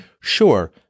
sure